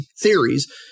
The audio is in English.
theories